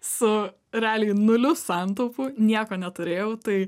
su realiai nuliu santaupų nieko neturėjau tai